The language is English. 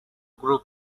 group